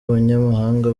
abanyamahanga